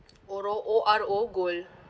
oro O_R_O gold